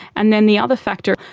and then the other factor,